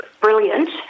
brilliant